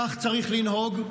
כך צריך לנהוג,